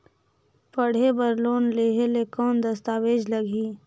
पढ़े बर लोन लहे ले कौन दस्तावेज लगही?